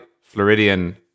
Floridian